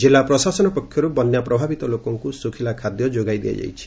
କିଲ୍ଲ ପ୍ରଶାସନ ପକ୍ଷରୁ ବନ୍ୟା ପ୍ରଭାବିତ ଲୋକଙ୍କୁ ସୁଖିଲା ଖାଦ୍ୟ ଯୋଗାଇ ଦିଆଯାଇଛି